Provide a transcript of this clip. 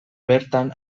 bertan